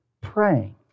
praying